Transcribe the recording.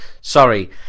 Sorry